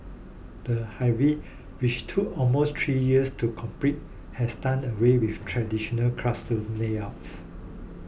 the Hive which took almost three years to complete has done away with traditional classroom layouts